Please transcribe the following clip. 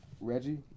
Reggie